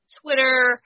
Twitter